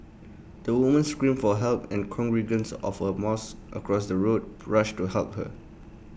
the woman screamed for help and congregants of A mosque across the road rushed to help her